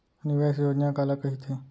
निवेश योजना काला कहिथे?